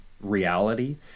reality